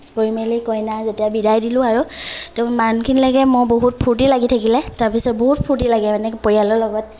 কৰি মেলি কইনা যেতিয়া বিদায় দিলোঁ আৰু ত' ইমানখিনিলৈকে মই বহুত ফূৰ্তি লাগি থাকিলে তাৰ পিছত বহুত ফূৰ্তি লাগে এনেকৈ পৰিয়ালৰ লগত